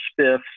spiffs